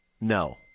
No